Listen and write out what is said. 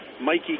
Mikey